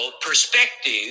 perspective